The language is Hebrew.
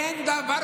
אמר: